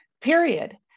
Period